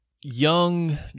Young